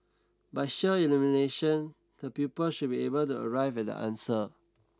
by sheer elimination the pupils should be able to arrive at the answer